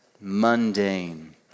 mundane